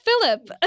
Philip